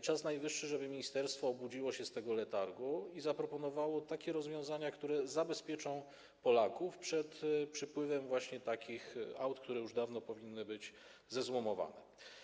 Czas najwyższy, żeby ministerstwo obudziło się z tego letargu i zaproponowało takie rozwiązania, które zabezpieczą Polaków przed przypływem właśnie takich aut, które już dawno powinny być zezłomowane.